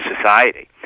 society